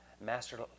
Master